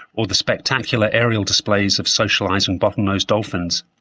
or the spectacular aerial displays of socializing bottlenose dolphins.